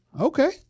okay